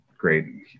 great